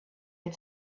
had